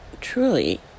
truly